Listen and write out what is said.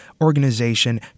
organization